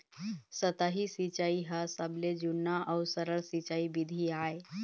सतही सिंचई ह सबले जुन्ना अउ सरल सिंचई बिधि आय